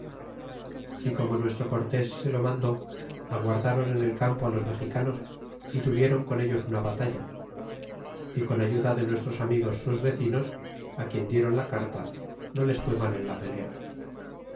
y como nuestro cortes se lo mandó aguardron en el campo los mexicanos y tuvieron con ellos una batalla y con ayuda de nuestros amigos sus vecinos a quien dieron la carta no les fue mal en la pelea